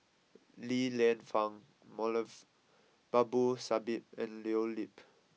Li Lienfung Moulavi Babu Sahib and Leo Yip